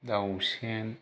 दाउसेन